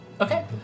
Okay